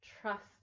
Trust